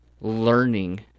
learning